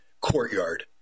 courtyard